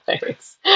Thanks